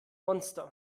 monster